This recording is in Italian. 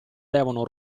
devono